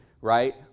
right